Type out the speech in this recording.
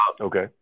Okay